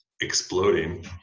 exploding